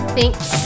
Thanks